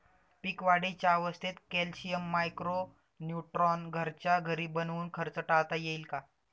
पीक वाढीच्या अवस्थेत calcium, micro neutron घरच्या घरी बनवून खर्च टाळता येईल का?